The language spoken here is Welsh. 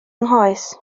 nghoes